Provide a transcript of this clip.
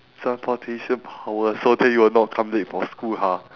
transportation power so that you will not come late for school lah